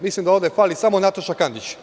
Mislim da ovde fali samo Nataša Kandić.